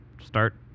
start